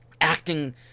acting